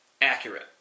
accurate